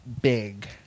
big